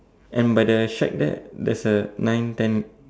and by the shack there there's a nine ten